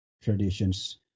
traditions